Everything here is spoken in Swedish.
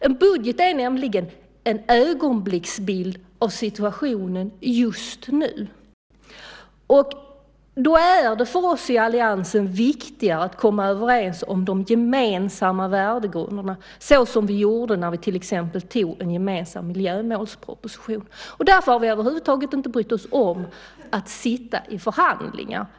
En budget är nämligen en ögonblicksbild av situationen just nu, och då är det för oss i alliansen viktigare att komma överens om de gemensamma värdegrunderna såsom vi till exempel gjorde när vi tog en gemensam miljömålsproposition. Därför har vi över huvud taget inte brytt oss om att sitta i förhandlingar.